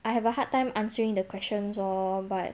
I have a hard time answering the questions orh but